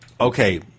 okay